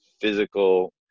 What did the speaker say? physical